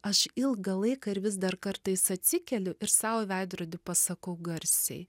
aš ilgą laiką ir vis dar kartais atsikeliu ir sau į veidrodį pasakau garsiai